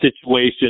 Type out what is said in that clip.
situation